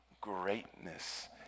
greatness